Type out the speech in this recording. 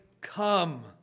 Come